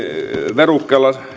verukkeella